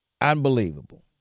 Unbelievable